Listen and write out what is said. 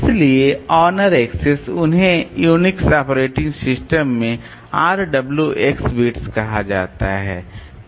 इसलिए owner access उन्हें Unix operating system में RWX बिट्स कहा जाता है